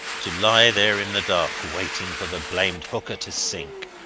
to lie there in the dark waiting for the blamed hooker to sink.